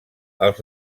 els